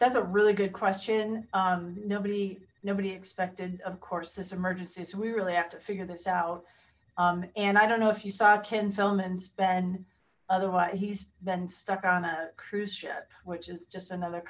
that's a really good question nobody nobody expected of course this emergency so we really have to figure this out um and i don't know if you saw ken film ins been otherwise he's been stuck on a cruise ship which is just another